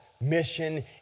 mission